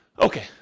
Okay